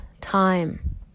time